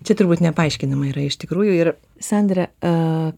čia turbūt nepaaiškinama yra iš tikrųjų ir sandra a